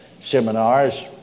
seminars